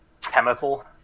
chemical